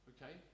Okay